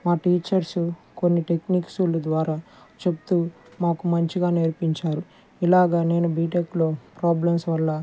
మా టీచర్స్ కొన్ని టెక్నిక్స్ల ద్వారా చెప్తూ మాకు మంచిగా నేర్పించారు ఇలాగ నేను బీటెక్లో ప్రాబ్లమ్స్ వల్ల